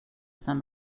saint